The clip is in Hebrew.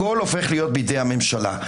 הכול הופך להיות בידי הממשלה.